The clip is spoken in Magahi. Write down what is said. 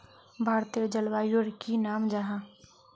भारतेर जलवायुर की नाम जाहा?